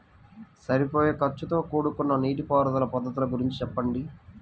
సరిపోయే ఖర్చుతో కూడుకున్న నీటిపారుదల పద్ధతుల గురించి చెప్పండి?